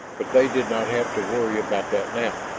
but they did not have to worry about that now.